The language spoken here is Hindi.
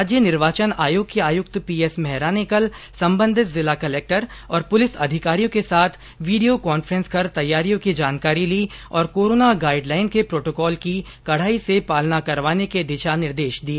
राज्य निर्वाचन आयोग के आयुक्त पीएस मेहरा ने कल संबंधित जिला कलक्टर और पुलिस अधिकारियों के साथ वीडियो कॉन्फ्रेंस कर तैयारियों की जानकारी ली और कोरोना गाइडलाइन के प्रोटोकॉल की कड़ाई से पालना करवाने के दिशा निर्देश दिए